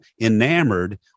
enamored